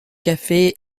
cafés